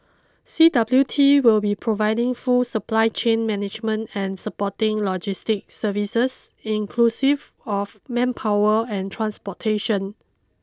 C W T will be providing full supply chain management and supporting logistic services inclusive of manpower and transportation